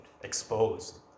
exposed